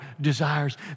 desires